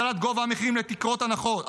הגדלת גובה המחירים לתקרת הנחות,